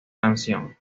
canción